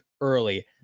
early